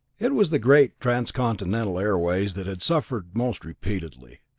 it was the great transcontinental airways that had suffered most repeatedly.